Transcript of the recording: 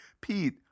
Pete